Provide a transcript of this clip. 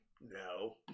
no